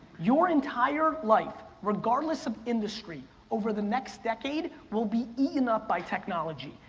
your entire life, regardless of industry, over the next decade, will be eaten up by technology.